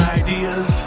ideas